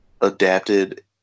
adapted